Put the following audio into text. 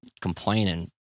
complaining